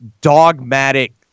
dogmatic